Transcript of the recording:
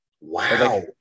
wow